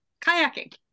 kayaking